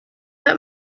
know